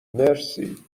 مرسی